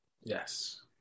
yes